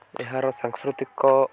ଏହାର ସାଂସ୍କୃତିକ